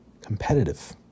Competitive